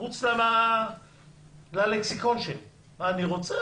מחוץ ללקסיקון שלי מה שאני רוצה.